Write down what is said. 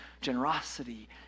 generosity